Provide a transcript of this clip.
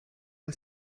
aus